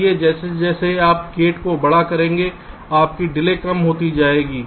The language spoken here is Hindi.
इसलिए जैसे जैसे आप गेट को बड़ा करेंगे आपकी डिले कम होती जाएगी